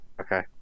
Okay